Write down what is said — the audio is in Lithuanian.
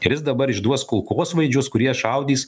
ir jis dabar išduos kulkosvaidžius kurie šaudys